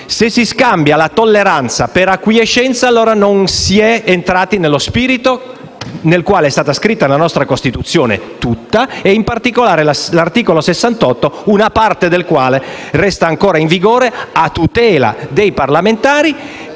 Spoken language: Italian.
a ciascuno di noi), per acquiescenza allora non si è entrati nello spirito con il quale è stata scritta tutta la nostra Costituzione e, in particolare, l'articolo 68, una parte del quale resta ancora in vigore a tutela dei parlamentari